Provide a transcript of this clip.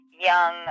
young